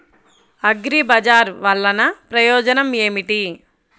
అగ్రిబజార్ వల్లన ప్రయోజనం ఏమిటీ?